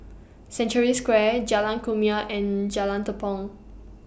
Century Square Jalan Kumia and Jalan Tepong